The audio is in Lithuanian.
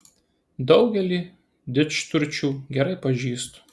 daugelį didžturčių gerai pažįstu